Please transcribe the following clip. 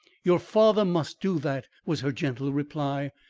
your father must do that, was her gentle reply.